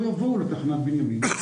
הם כבר לא יבואו לתחנת בנימינה.